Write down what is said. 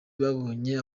babonye